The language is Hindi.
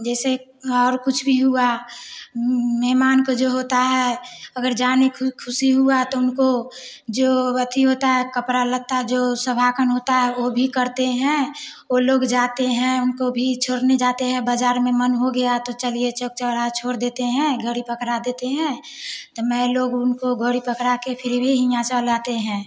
जैस और कुछ भी हुआ मेहमान को जो होता है अगर जाने खुशी हुआ तो उनको जो अथी होता है कपड़ा लत्ता जो सवाकन होता है वो भी करते हैं वो लोग जाते हैं उनको भी छोड़ने जाते हैं बाजार में मन हो गया तो चलिए चौक चौराहे छोड़ देते हैं घड़ी पकड़ा देते हैं तो मैं लोग उनको घोड़ी पकड़ा के फिर भी यहाँ चले आते हैं